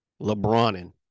LeBronin